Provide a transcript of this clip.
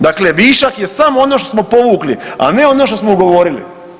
Dakle, višak je samo ono što smo povukli, a ne ono što smo ugovorili.